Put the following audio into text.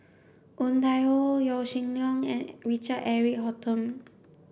Woon Tai Ho Yaw Shin Leong and Richard Eric Holttum